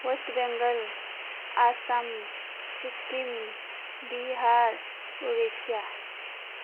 West Bengal Assam Sikkim Bihar Odisha